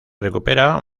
recupera